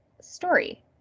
story